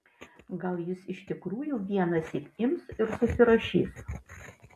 gal jis iš tikrųjų vienąsyk ims ir susirašys